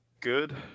good